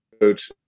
coach